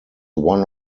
one